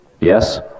Yes